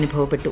അനുഭവപ്പെട്ടു